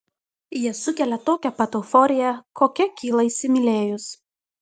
jie sukelia tokią pat euforiją kokia kyla įsimylėjus